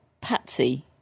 patsy